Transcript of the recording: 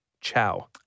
Ciao